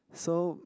so